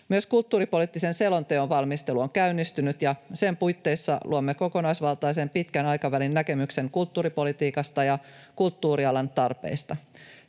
Myös kulttuuripoliittisen selonteon valmistelu on käynnistynyt, ja sen puitteissa luomme kokonaisvaltaisen pitkän aikavälin näkemyksen kulttuuripolitiikasta ja kulttuurialan tarpeista.